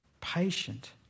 patient